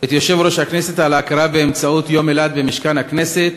את יושב-ראש הכנסת על ההכרה ביום אילת במשכן הכנסת.